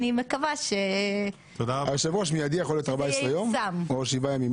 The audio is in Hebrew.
אני מקווה ש --- "באופן מיידי" יכול להיות 14 יום או שבעה ימים?